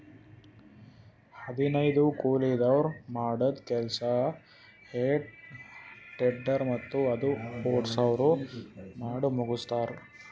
ಹದನೈದು ಕೂಲಿದವ್ರ್ ಮಾಡದ್ದ್ ಕೆಲ್ಸಾ ಹೆ ಟೆಡ್ಡರ್ ಮತ್ತ್ ಅದು ಓಡ್ಸವ್ರು ಮಾಡಮುಗಸ್ತಾರ್